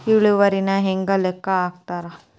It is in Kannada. ಇಳುವರಿನ ಹೆಂಗ ಲೆಕ್ಕ ಹಾಕ್ತಾರಾ